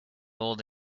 old